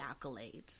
accolades